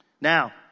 Now